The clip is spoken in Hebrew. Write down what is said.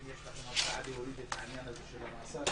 יש לכם הצעה להוריד את העניין הזה של המאסר